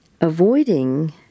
Avoiding